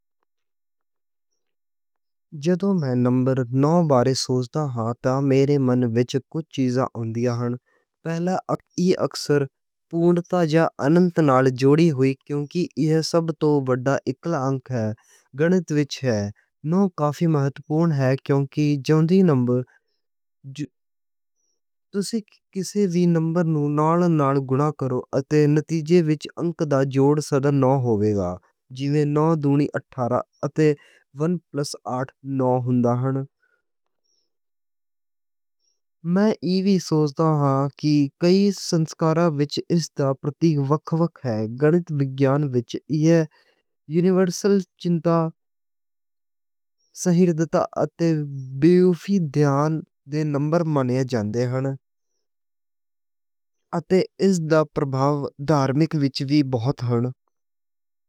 جدوں میں نمبر بارے سوچدا ہاں تاں میرے من وچ کچھ چیزاں آؤندیاں ہن۔ پہلا اے اکثر پوائنٹ تے جاں اننت نال جڑی ہوئی۔ کیونکہ اے سب توں وڈا اکلا انک گنّت وچ ہے۔ کافی مہتوپورن ہے کیونکہ جیڑا نمبر تسی کسے وی نمبر نوں نال نال گنا کرو۔ تے نتیجے وچ انک دا جوڑ نال ہو جاوے گا جیوں دونی تے پلس ہوندا ہن۔ میں ایہ وی سوچدا ہاں کہ کئی سنسکاراں وچ اس دا پرتیک وکھ وکھ ہے۔ گنّت وگیان وچ اے یونیورسل چنتا صحیح ردتا۔ تے بیوٹی دھیان دے نمبر منے جاندے ہن۔ تے اس دا پرابھاو مذہب وچ وی بہت ہن۔